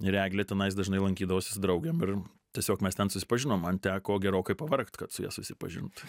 ir eglė tenais dažnai lankydavosi su draugėm ir tiesiog mes ten susipažinom man teko gerokai pavargt kad su ja susipažint